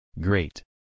Great